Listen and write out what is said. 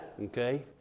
okay